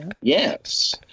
Yes